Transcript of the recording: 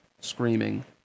Screaming